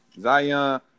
Zion